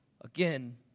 Again